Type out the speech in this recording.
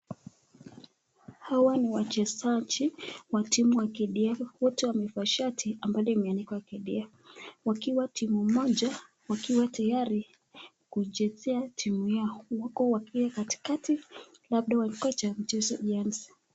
Hawa ni wachezaji wa timu ya KDF,wote wamevaa shati ambalo limeandikwa KDF. Wakiwa timu moja, wakiwa tayari kuchezea timu yao, huku wakiwa katikati labda wakingoja mchezo ianze.